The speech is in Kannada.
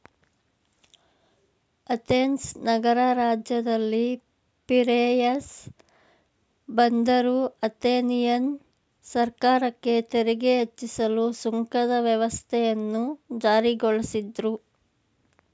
ಅಥೆನ್ಸ್ ನಗರ ರಾಜ್ಯದಲ್ಲಿ ಪಿರೇಯಸ್ ಬಂದರು ಅಥೆನಿಯನ್ ಸರ್ಕಾರಕ್ಕೆ ತೆರಿಗೆ ಹೆಚ್ಚಿಸಲು ಸುಂಕದ ವ್ಯವಸ್ಥೆಯನ್ನು ಜಾರಿಗೊಳಿಸಿದ್ರು